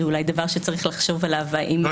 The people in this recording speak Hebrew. ואולי באמת זה דבר שצריך לחשוב עליו --- כשאין